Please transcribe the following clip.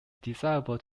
desirable